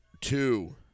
two